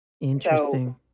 Interesting